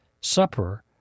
Supper